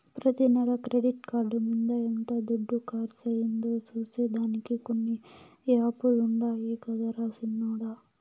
ప్రతి నెల credit card మింద ఎంత దుడ్డు కర్సయిందో సూసే దానికి కొన్ని యాపులుండాయి గదరా సిన్నోడ